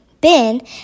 Ben